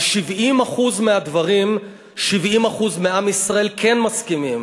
על 70% מהדברים 70% מעם ישראל כן מסכימים.